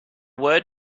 word